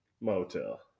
motel